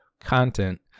content